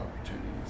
opportunities